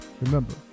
remember